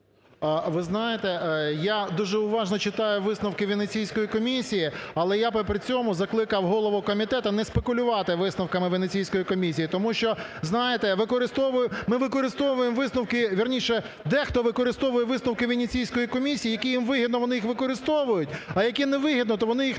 Ви знаєте, я дуже уважно читаю висновки Венеційської комісії. Але я би при цьому закликав голову комітету не спекулювати висновками Венеційської комісії. Тому що, знаєте, використовуємо, ми використовуємо висновки, вірніше, дехто використовує висновки Венеційської комісії, які їм вигідно. Вони їх використовують. А які не вигідно, то вони їх не використовують.